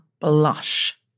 Blush